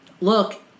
look